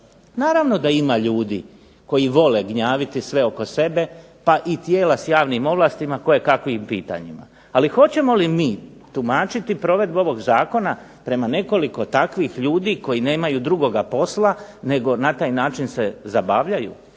Naravno da ima ljudi koji vole gnjaviti sve oko sebe, pa i tijela s javnim ovlastima kojekakvim pitanjima. Ali hoćemo li mi tumačiti provedbu ovog zakona prema nekoliko takvih ljudi koji nemaju drugoga posla nego na taj način se zabavljaju,